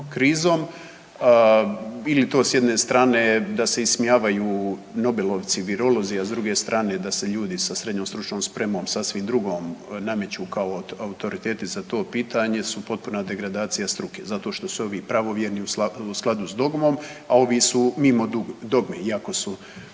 krizom, bili to s jedne strane da se ismijavaju nobelovci, virolozi, a s druge strane da se ljudi sa srednjom stručnom spremom sasvim drugom nameću kao autoriteti za to pitanje su potpuna degradacija struke zato što su ovi pravovjerni u skladu s dogmom, a ovi su mimo dogme iako su